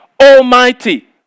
Almighty